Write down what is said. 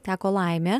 teko laimė